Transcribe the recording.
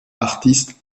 artistes